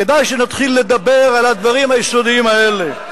כדאי שנתחיל לדבר על הדברים היסודיים האלה.